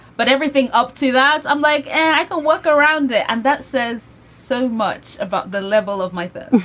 but everything up to that. i'm like, i can walk around it. and that says so much about the level of my food